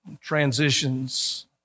transitions